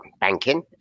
banking